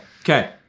okay